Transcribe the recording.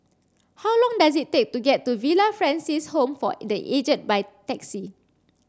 how long does it take to get to Villa Francis Home for the Aged by taxi